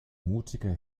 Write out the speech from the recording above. mutige